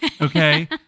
okay